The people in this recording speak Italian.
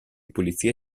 polizia